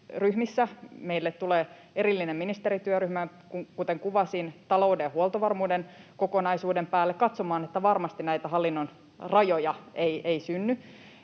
Meille tulee erillinen ministerityöryhmä, kuten kuvasin, talouden ja huoltovarmuuden kokonaisuuden päälle katsomaan, että varmasti näitä hallinnon rajoja ei synny.